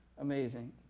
amazing